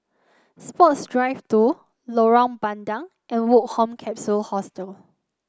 Sports Drive Two Lorong Bandang and Woke Home Capsule Hostel